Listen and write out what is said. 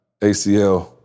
ACL